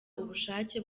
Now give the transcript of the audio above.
ubushake